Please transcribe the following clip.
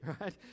right